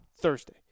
Thursday